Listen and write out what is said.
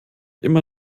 immer